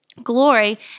glory